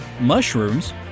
mushrooms